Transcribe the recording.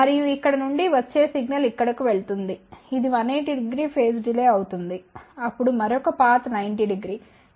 మరియు ఇక్కడ నుండి వచ్చే సిగ్నల్ ఇక్కడకు వెళుతుంది ఇది 1800 ఫేజ్ డిలే అవుతుంది అప్పుడు మరొక పాత్ 900